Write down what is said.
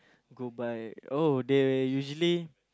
go by oh they usually